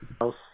house